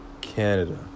Canada